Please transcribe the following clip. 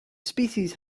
species